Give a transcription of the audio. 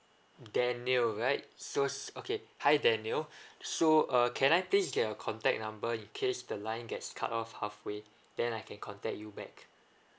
daniel right so s~ okay hi daniel so uh can I please get your contact number in case the line gets cut off halfway then I can contact you back